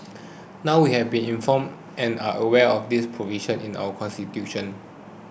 now we have been informed and are aware of this provision in our constitution